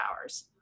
hours